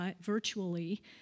virtually